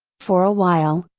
for a while,